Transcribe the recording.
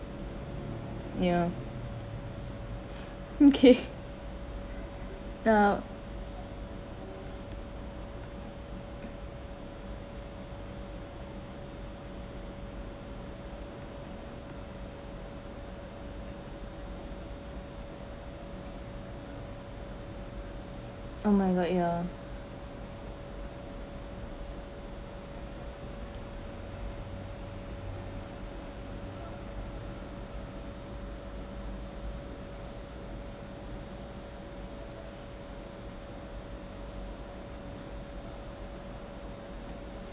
ya okay yup oh my god ya